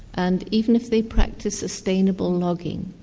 and even if they practice sustainable logging,